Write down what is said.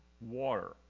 water